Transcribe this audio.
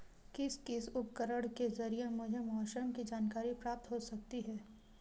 किस किस उपकरण के ज़रिए मुझे मौसम की जानकारी प्राप्त हो सकती है?